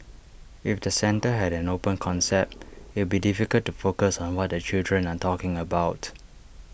if the centre had an open concept it'd be difficult to focus on what the children are talking about